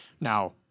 Now